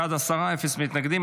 בעד, עשרה, אפס מתנגדים.